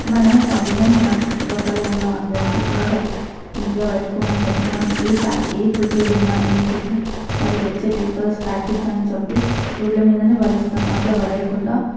మనమే కాకుండా మన చుట్టూ పక్కల ఊరులో అందరికీ కూడా చెప్పాలి నీటుగా పెట్టుకోమని చెప్పి మనం ఏ ప్యాక్ ఏ ఫుడ్డు తిన్న ఏం చేసినా వాటికి వచ్చే పేపర్స్ ప్యాకెట్స్ అని చెప్పి రోడ్ల మీదనే పడేస్తాం అట్లా పడేయకుండా